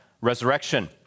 resurrection